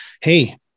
Hey